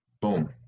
boom